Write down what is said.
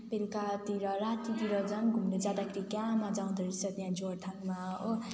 बेलुकातिर रातितिर झन् घुम्नु जाँदाखेरि क्या मजा आउँदोरहेछ त्यहाँ जोरथाङमा हो